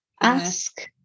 Ask